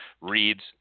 reads